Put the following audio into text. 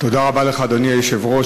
אדוני היושב-ראש,